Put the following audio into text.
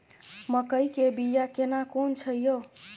मकई के बिया केना कोन छै यो?